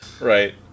Right